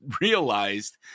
realized